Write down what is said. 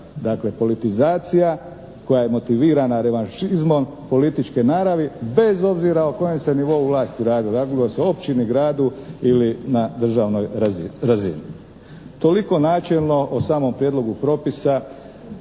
Dakle politizacija koja je motivirana revanšizmom političke naravi bez obzira o kojem se nivou vlasti radilo, radilo se o općini, gradu ili na državnoj razini. Toliko načelno o samom prijedlogu propisa